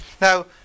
Now